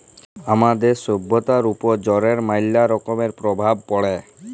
আমাদের ছভ্যতার উপর জলের ম্যালা রকমের পরভাব পড়ে